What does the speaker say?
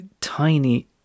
tiny